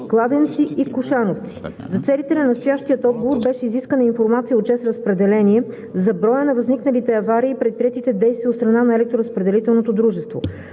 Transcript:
„Кладенци“ и „Кошановци“. За целите на настоящия отговор беше изискана информация от „ЧЕЗ Разпределение“ за броя на възникналите аварии и предприетите действия от страна на